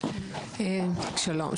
שלום,